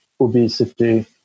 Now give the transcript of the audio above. obesity